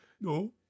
No